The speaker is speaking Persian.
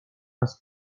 است